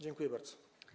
Dziękuję bardzo.